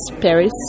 Paris